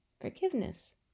forgiveness